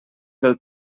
del